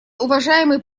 уважаемый